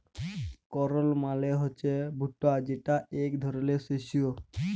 কর্ল মালে হছে ভুট্টা যেট ইক ধরলের শস্য